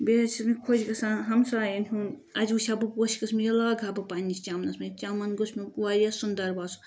بیٚیہِ حظ چھُ مےٚ خۄش گَژھان ہَمسایں ہُنٛد اَتہِ وٕچھِ ہا بہٕ پوشہٕ قٕسما یہِ لاگہٕ ہا بہٕ پَننِس چَمنس منٛز چَمن گوٚژھ مےٚ واریاہ سُندر باسُن